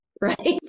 right